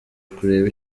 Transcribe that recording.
kureba